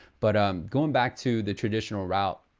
but ah um going back to the traditional route,